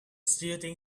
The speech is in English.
shooting